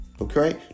Okay